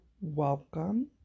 welcome